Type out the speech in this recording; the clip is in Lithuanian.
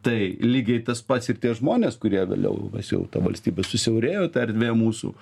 tai lygiai tas pats ir tie žmonės kurie vėliau nes jau ta valstybė susiaurėjo ta erdvė mūsų